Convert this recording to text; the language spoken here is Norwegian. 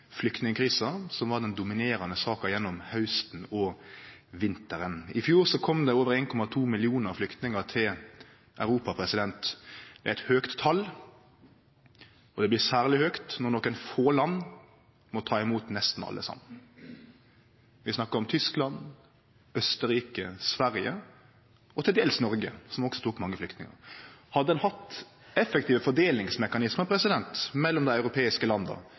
flyktningkrisa, som var den dominerande saka gjennom hausten og vinteren. I fjor kom det over 1,2 millionar flyktningar til Europa. Det er eit høgt tal, og det blir særleg høgt når nokre få land må ta imot nesten alle saman. Vi snakkar om Tyskland, Austerrike, Sverige og til dels Noreg, som også tok imot mange flyktningar. Hadde ein hatt effektive fordelingsmekanismar mellom dei europeiske landa,